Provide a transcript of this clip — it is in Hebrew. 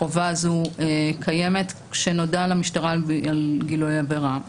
החובה הזו קיימת עת נודע למשטרה על גילוי עבירה.